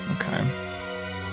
Okay